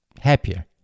happier